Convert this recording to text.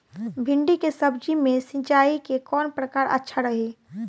भिंडी के सब्जी मे सिचाई के कौन प्रकार अच्छा रही?